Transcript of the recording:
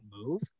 move